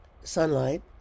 sunlight